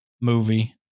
movie